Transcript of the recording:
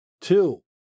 Two